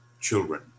children